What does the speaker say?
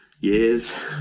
years